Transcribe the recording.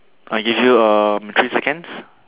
I give you um three seconds